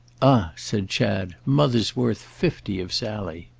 ah, said chad, mother's worth fifty of sally!